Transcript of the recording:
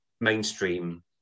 mainstream